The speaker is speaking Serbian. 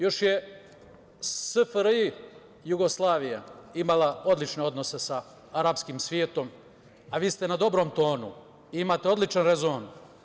Još je SFRJ imala odlične odnose sa arapskim svetom, a vi ste na dobrom tonu, imate odličan rezon.